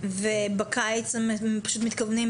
ובקיץ הם פשוט מתכוונים,